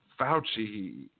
Fauci